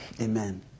Amen